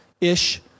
Ish